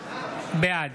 בעד